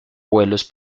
vuelos